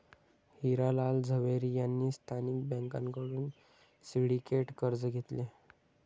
हिरा लाल झवेरी यांनी स्थानिक बँकांकडून सिंडिकेट कर्ज घेतले